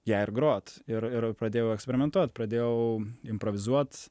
ją ir grot ir ir pradėjau eksperimentuot pradėjau improvizuot